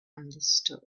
understood